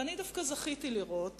ואני דווקא זכיתי לראות